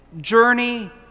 journey